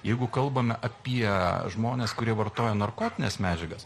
jeigu kalbame apie žmones kurie vartoja narkotines medžiagas